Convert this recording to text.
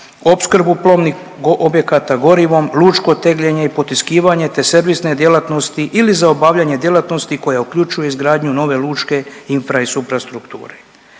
opskrbu plovnih objekata gorivom, lučko tegljenje i potiskivanje te servisne djelatnosti ili za obavljanje djelatnosti koja uključuje izgradnju nove lučke infra i suprastrukture.